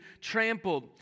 trampled